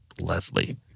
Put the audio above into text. Leslie